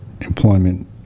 employment